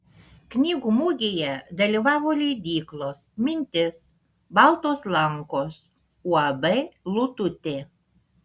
knygų mugėje dalyvavo leidyklos mintis baltos lankos uab lututė